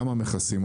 גם המכסים,